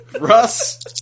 Russ